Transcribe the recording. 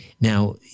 Now